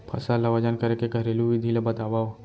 फसल ला वजन करे के घरेलू विधि ला बतावव?